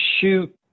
shoot